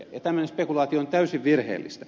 tämmöinen spekulaatio on täysin virheellistä